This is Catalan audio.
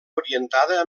orientada